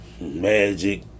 magic